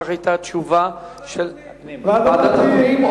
כך היתה התשובה, ועדת הפנים.